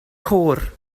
côr